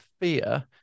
fear